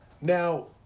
Now